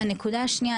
הנקודה השנייה,